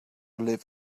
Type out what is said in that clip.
live